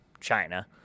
china